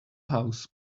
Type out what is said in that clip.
house